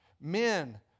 Men